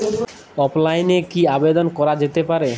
অফলাইনে কি আবেদন করা যেতে পারে?